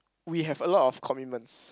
we have a lot of commitments